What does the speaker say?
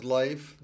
life